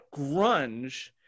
grunge